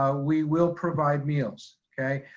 ah we will provide meals. okay?